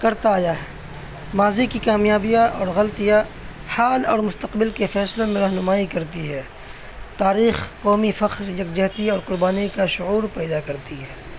کرتا آیا ہے ماضی کی کامیابیاں اور غلطیاں حال اور مستقبل کے فیصلے میں رہنمائی کرتی ہے تاریخ قومی فخر یکجہتی اور قربانی کا شعور پیدا کرتی ہے